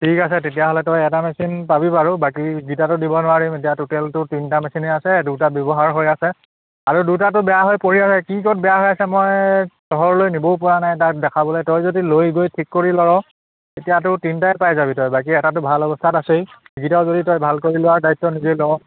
ঠিক আছে তেতিয়াহ'লে তই এটা মেচিন পাবি বাৰু বাকীকেইটাটো দিব নোৱাৰিম এতিয়া ট'টেলটো তিনিটা মেচিনেই আছে দুটা ব্যৱহাৰ হৈ আছে আৰু দুটাটো বেয়া হৈ পৰি আছে কি ক'ত বেয়া হৈ আছে মই চহৰলৈ নিবও পৰা নাই তাত দেখাবলৈ তই যদি লৈ গৈ ঠিক কৰি লৱ তেতিয়াতো তিনিটাই পাই যাবি তই বাকী এটাটো ভাল অৱস্থাত আছেই সেইকেইটাও যদি তই ভাল কৰি লোৱাৰ দায়িত্ব নিজে লৱ